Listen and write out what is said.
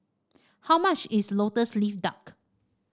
how much is lotus leaf duck